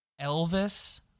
Elvis